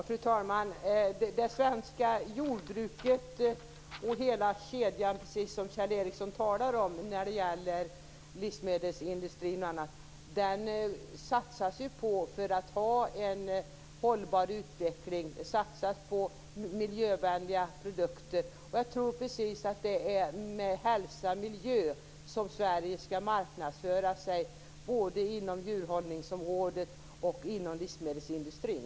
Fru talman! Det svenska jordbruket och hela kedjan - precis som Kjell Ericsson talar om när det gäller bl.a. livsmedelsindustrin - satsas det på; detta för att ha en hållbar utveckling. Det satsas alltså på miljövänliga produkter. Jag tror att det är med hälsa och miljö som Sverige skall marknadsföra sig både på djurhållningsområdet och i livsmedelsindustrin.